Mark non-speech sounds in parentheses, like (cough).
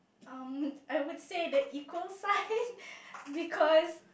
um I would say the equal sign (laughs) because